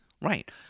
Right